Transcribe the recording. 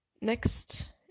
next